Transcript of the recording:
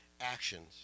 actions